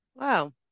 Wow